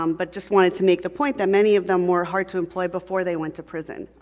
um but just wanted to make the point that many of them were hard to employ before they went to prison.